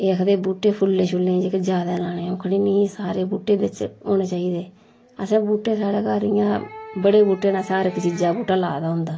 एह् आखदे बूहटें फुल्लें छुल्लें जेह्के ज्यादा लाने आ'ऊं आक्खनी मिगी सारे बूह्टे बिच्च होने चाहिदे असें बूह्टे साढ़ै घर इ'यां बड़े बूह्टे न असें हर इक चीजां बूह्टा लाए दा होंदा